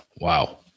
Wow